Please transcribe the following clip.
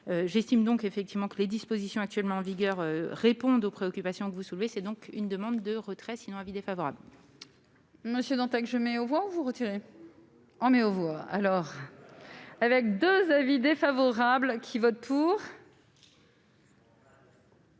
j'estime donc effectivement que les dispositions actuellement en vigueur, répondent aux préoccupations que vous soulevez, c'est donc une demande de retrait sinon avis défavorable. Monsieur Dantec je mets aux voix vous retirer en mai aux voix, alors avec 2 avis défavorables qui vote pour.